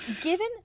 given